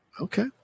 Okay